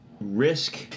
risk